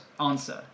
answer